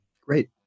Great